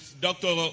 Dr